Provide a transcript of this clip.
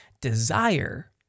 desire